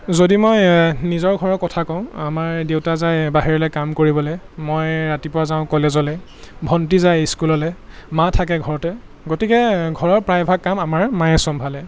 যদি মই নিজৰ ঘৰৰ কথা কওঁ আমাৰ দেউতা যায় বাহিৰলৈ কাম কৰিবলৈ মই ৰাতিপুৱা যাওঁ কলেজলৈ ভণ্টি যায় স্কুললৈ মা থাকে ঘৰতে গতিকে ঘৰৰ প্ৰায়ভাগ কাম আমাৰ মায়ে চম্ভালে